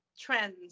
trends